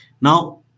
Now